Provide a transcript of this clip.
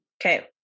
Okay